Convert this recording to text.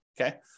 Okay